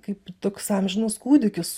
kaip toks amžinas kūdikis